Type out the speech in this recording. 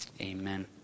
Amen